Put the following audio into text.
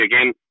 again